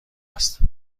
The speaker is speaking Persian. است